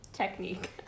technique